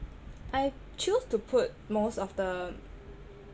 I I choose to put most of the